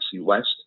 West